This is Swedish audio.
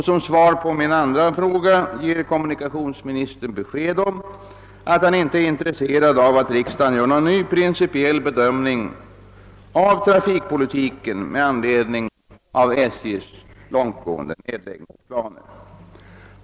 Som svar på min andra fråga ger kommunikationsministern besked om att han inte är intresserad av att riksdagen gör någon ny principiell bedömning av trafikpolitiken med anledning av SJ:s långtgående nedläggningsplaner.